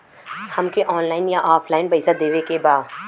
हमके ऑनलाइन या ऑफलाइन पैसा देवे के बा?